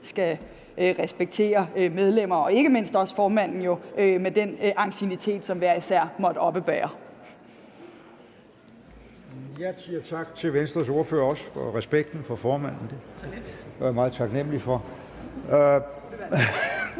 skal respektere medlemmer og ikke mindst formanden med den anciennitet, som hver især måtte oppebære. Kl. 11:45 Formanden: Jeg siger tak til Venstres ordfører og også tak for respekten for formanden. Den er jeg meget taknemlig for.